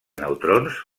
neutrons